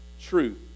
truth